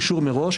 אישור מראש.